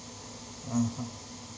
(uh huh)